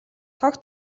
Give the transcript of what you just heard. тог